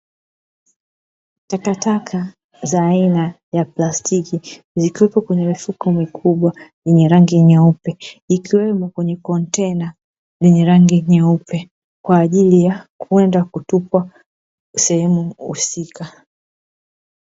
Takataka za aina ya plastiki zikiwepo kwenye mifuko mikubwa yenye rangi nyeupe, ikiwemo kwenye kontena lenye rangi nyeupe, kwa ajili ya kwenda kutupwa sehemu husika.